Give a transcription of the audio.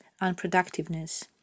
unproductiveness